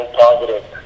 positive